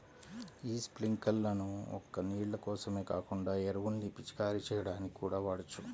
యీ స్పింకర్లను ఒక్క నీళ్ళ కోసమే కాకుండా ఎరువుల్ని పిచికారీ చెయ్యడానికి కూడా వాడొచ్చు